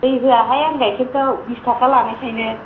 दै होआहाय आं गाइखेरखौ बिसथाखा लानायखायनो